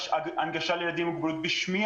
מה קורה עם הנגשה לילדים עם מוגבלות בשמיעה?